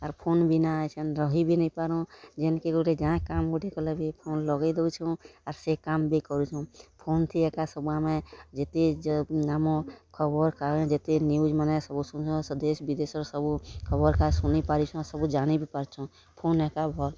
ଆର୍ phone ବିନା ଏଛେନ୍ ରହିବି ନେଇଁ ପାରୁଁ ଯେନ୍କେ ଗୁଟେ ଯାଏଁ କାମ୍ ଗୁଟେ କଲେ ବି ଫୋନ୍ ଲଗେଇ ଦଉଚୁଁ ଆର୍ ସେ କାମ୍ ବି କରଚୁଁ ଫୋନ୍ଥି ଏକା ସବୁ ଆମେ ଯେତେ ଆମ ଖବର୍ କାଗଜ୍ ଯେତେ ନ୍ୟୁଜ୍ମାନେ ସବୁ ଶୁନି ଦେଶ୍ ବିଦେଶ୍ର ସବୁ ଖବର୍ କାଗଜ୍ ଶୁନି ପାରୁଛୁଁ ସବୁ ଜାଣିବି ପାରୁଛନ୍ ଫୋନ୍ ଏକା ଭଲ୍